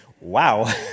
wow